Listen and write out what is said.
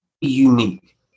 unique